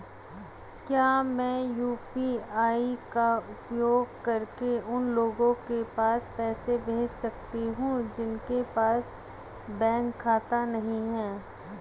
क्या मैं यू.पी.आई का उपयोग करके उन लोगों के पास पैसे भेज सकती हूँ जिनके पास बैंक खाता नहीं है?